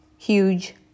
huge